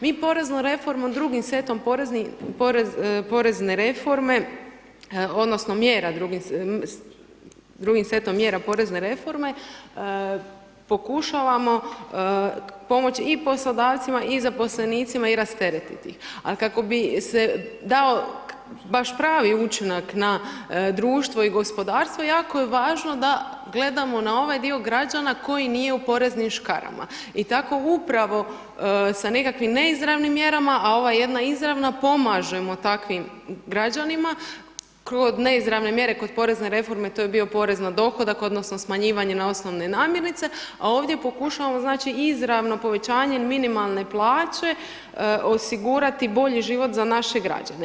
Mi poreznom reformom, drugim setom porezne reforme odnosno drugim setom mjera porezne reforme, pokušavamo pomoći i poslodavcima i zaposlenicima i rasteretiti ih ali kako bi se dao baš pravi učinak na društvo i gospodarstvo, jako je važno da gledamo na ovaj dio građana koji nije u poreznim škarama i tako upravo sa nekakvim neizravnim mjerama a ova jedna izravna, pomažemo takvim građanima, kroz neizravne mjere kod porezne reforme to je bio porez na dohodak odnosno smanjivanje na osnovne namirnice a ovdje pokušavamo izravno povećanje minimalne plaće osigurati bolji život za naše građane.